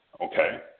Okay